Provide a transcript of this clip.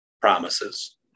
promises